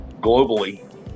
globally